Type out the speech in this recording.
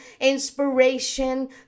inspiration